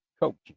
coaching